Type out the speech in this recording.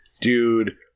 dude